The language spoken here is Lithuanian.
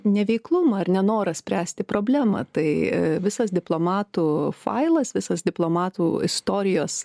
neveiklumą ar nenorą spręsti problemą tai visas diplomatų failas visas diplomatų istorijos